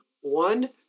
one